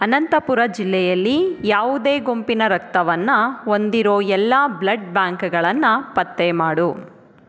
ಅನಂತಪುರ ಜಿಲ್ಲೆಯಲ್ಲಿ ಯಾವುದೇ ಗುಂಪಿನ ರಕ್ತವನ್ನು ಹೊಂದಿರೋ ಎಲ್ಲ ಬ್ಲಡ್ ಬ್ಯಾಂಕ್ಗಳನ್ನು ಪತ್ತೆ ಮಾಡು